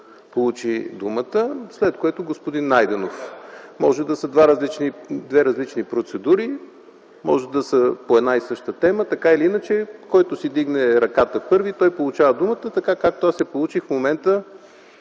получи думата, след което господин Найденов. Може да са две различни процедури, може да са по една и съща тема, така или иначе който си вдигне ръката първи, той получава думата. Така, както аз я получих в момента